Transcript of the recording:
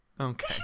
Okay